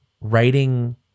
writing